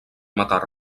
matar